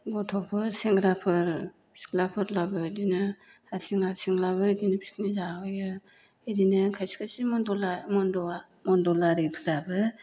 गथ'फोर सेंग्राफोर सिख्लाफोरलाबो इदिनो हारसिं हारसिंलाबो इदिनो पिकनिक जाफैयो इदिनो खायसे खायसे मनदलारिफ्राबो